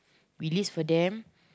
we list for them